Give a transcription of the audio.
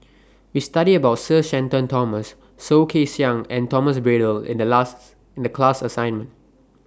We studied about Sir Shenton Thomas Soh Kay Siang and Thomas Braddell in The class assignment